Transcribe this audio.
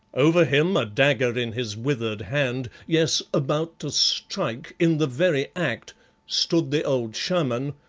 over him, a dagger in his withered hand yes, about to strike, in the very act stood the old shaman,